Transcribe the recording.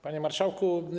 Panie Marszałku!